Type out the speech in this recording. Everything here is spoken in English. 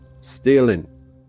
stealing